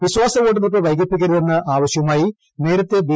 വിശ്വാസവോട്ടെടുപ്പ് വൈകിപ്പിക്കരുതെന്ന് ആവശ്യവുമായി നേരത്തെ ബി